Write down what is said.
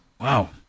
Wow